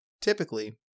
typically